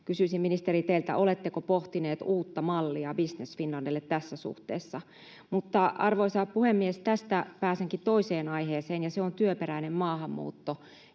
Kysyisin, ministeri, teiltä: oletteko pohtinut uutta mallia Business Finlandille tässä suhteessa? Mutta, arvoisa puhemies, tästä pääsenkin toiseen aiheeseen, ja se on työperäinen maahanmuutto,